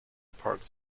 park